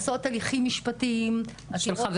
אנחנו עושות הליכים משפטיים --- חבר